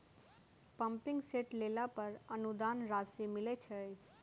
Pumping set लेला पर अनुदान राशि मिलय छैय?